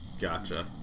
Gotcha